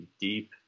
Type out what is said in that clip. deep